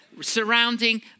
surrounding